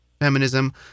feminism